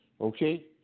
Okay